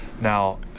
Now